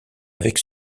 avec